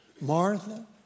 Martha